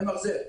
נמחזר.